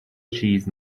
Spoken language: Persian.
چیز